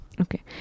Okay